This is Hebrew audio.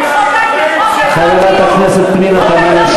הכנסת גמליאל,